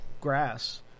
grass